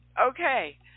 okay